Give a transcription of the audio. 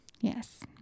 Yes